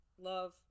love